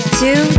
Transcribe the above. two